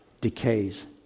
decays